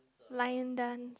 line dance